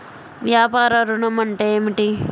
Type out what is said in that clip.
వ్యాపార ఋణం అంటే ఏమిటి?